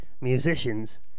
musicians